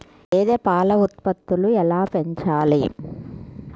గేదె పాల ఉత్పత్తులు ఎలా పెంచాలి?